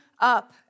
up